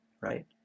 right